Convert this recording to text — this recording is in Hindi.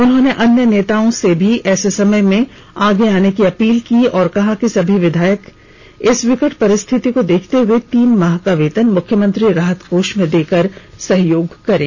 उन्होंने अन्य नेताओं से भी ऐसे समय में आगे आने की अपील की और कहा कि सभी विधायक इस विकट परिस्थिति को देखते हुए तीन माह का वेतन मुख्यमंत्री राहत कोष में देकर सहयोग करें